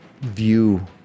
view